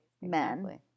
men